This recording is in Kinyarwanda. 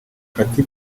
katy